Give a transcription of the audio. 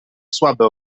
słabe